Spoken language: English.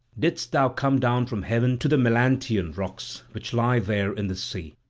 didst thou come down from heaven to the melantian rocks, which lie there in the sea.